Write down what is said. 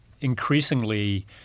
increasingly